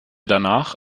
danach